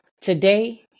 today